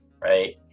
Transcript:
Right